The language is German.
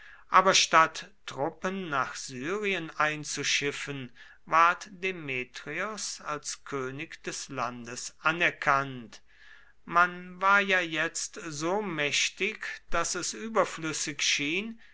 aber statt truppen nach syrien einzuschiffen ward demetrios als könig des landes anerkannt man war ja jetzt so mächtig daß es überflüssig schien